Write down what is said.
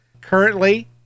Currently